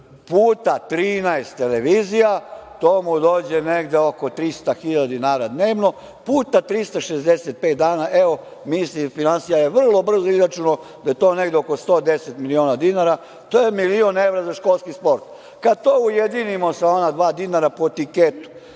puta 13 televizija, to mu dođe negde 300.000 dinara dnevno, puta 365 dana. Evo, ministar finansija je vrlo brzo izračunao da je to negde oko 110.000 miliona dinara. To je milion evra za školski sport. Kad to ujedinimo sa ona dva dinara po tiketu,